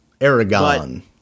Aragon